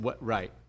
Right